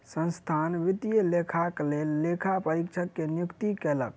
संस्थान वित्तीय लेखाक लेल लेखा परीक्षक के नियुक्ति कयलक